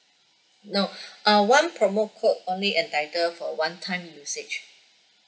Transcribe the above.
no uh one promo code only entitle for one time usage